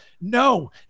No